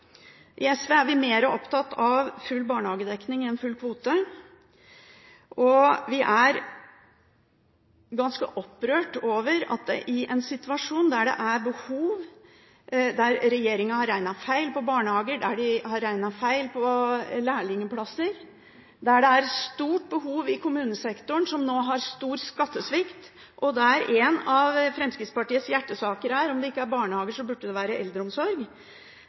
I SV er vi mer opptatt av full barnehagedekning enn av full kvote. Vi er ganske opprørt over en situasjon der det er behov, der regjeringen har regnet feil når det gjelder barnehager, der de har regnet feil når det gjelder lærlingplasser, der det er stort behov i kommunesektoren, som nå har stor skattesvikt. Når en av Fremskrittspartiets hjertesaker er – om det ikke er barnehager, så burde det være eldreomsorg